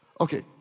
Okay